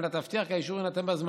על מנת להבטיח כי האישור יינתן בזמן.